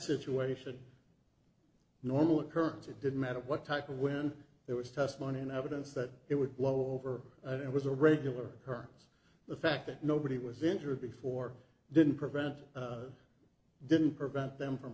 situation normal occurrence it didn't matter what type when there was testimony and evidence that it would blow over it was a regular occurrence the fact that nobody was injured before didn't prevent didn't prevent them from